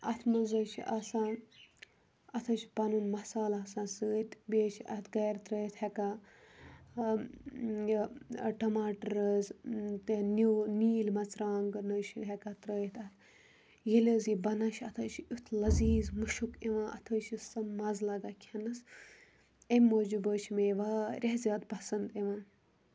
اَتھ منٛز حظ چھِ آسان اَتھ حظ چھُ پَنُن مَسال آسان سۭتۍ بیٚیہِ حظ چھِ اَتھ گَرِ ترٛٲیِتھ ہٮ۪کان یہِ ٹَماٹرٕز تہٕ نِیوٗل نیٖلۍ مَژرانٛگَن حظ چھِ ہٮ۪کان ترٛٲیِتھ ییٚلہِ حظ یہِ بَنان چھِ اَتھ حظ چھِ یُتھ لزیٖز مُشُق یِوان اَتھ حظ چھُ سُہ مَزٕ لگان کھٮ۪نَس اَمہِ موٗجوٗب حظ چھِ مےٚ یہِ واریاہ زیادٕ پَسَنٛد یِوان